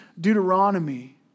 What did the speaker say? Deuteronomy